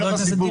פותח כרטיס שמי.